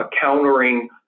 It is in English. countering